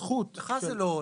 לך זה לא עול.